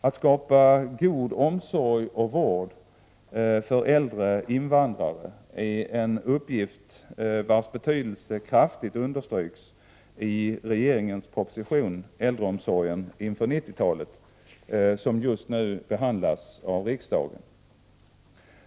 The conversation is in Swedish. Att skapa god omsorg och vård för äldre invandrare är en uppgift vars betydelse kraftigt understryks i regeringens proposition ”Äldreomsorgen inför 90-talet”, som just nu behandlas av riksdagen.